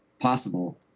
possible